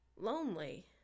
lonely